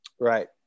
Right